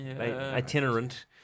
itinerant